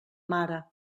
mare